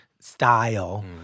style